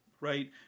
Right